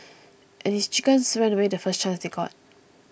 and his chickens ran away the first chance they got